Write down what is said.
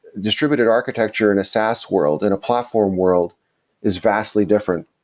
distributed architecture in a saas world, in a platform world is vastly different,